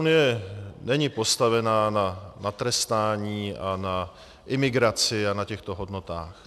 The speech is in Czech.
EU není postavena na trestání a na imigraci a na těchto hodnotách.